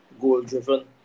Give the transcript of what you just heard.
goal-driven